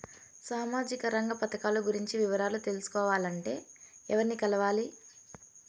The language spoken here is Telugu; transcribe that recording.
సామాజిక రంగ పథకాలు గురించి వివరాలు తెలుసుకోవాలంటే ఎవర్ని కలవాలి?